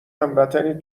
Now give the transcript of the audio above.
هموطنی